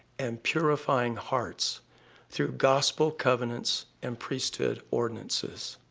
and purifying hearts through gospel covenants and priesthood ordinances.